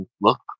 look